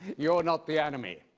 you're not the enemy.